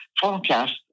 forecast